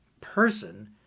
person